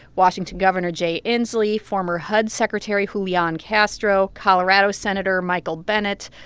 washington governor jay inslee, former hud secretary julian castro, colorado senator michael bennet,